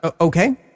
okay